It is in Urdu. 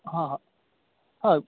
ہاں ہاں ہاں